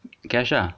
cash lah